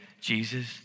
Jesus